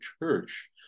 church